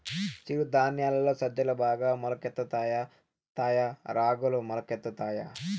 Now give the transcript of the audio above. చిరు ధాన్యాలలో సజ్జలు బాగా మొలకెత్తుతాయా తాయా రాగులు మొలకెత్తుతాయా